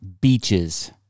beaches